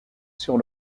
sur